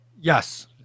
Yes